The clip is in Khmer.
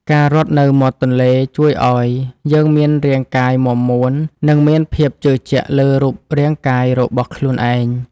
ការរត់នៅមាត់ទន្លេជួយឱ្យយើងមានរាងកាយមាំមួន និងមានភាពជឿជាក់លើរូបរាងកាយរបស់ខ្លួនឯង។